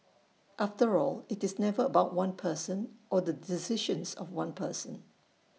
after all IT is never about one person or the decisions of one person